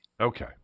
Okay